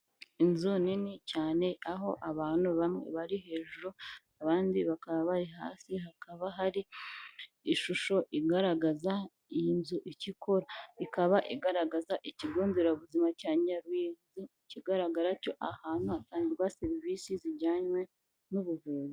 Inzu nini cyane aho abantu bamwe bari hejuru abandi bakaba bari hasi, hakaba hari ishusho igaragaza iyi nzu icyo ikora, ikaba igaragaza ikigo nderabuzima cya Nyaruyezi ikigaragara cyo aha hantu hatangirwa serivisi zijyanwe n'ubuvuzi.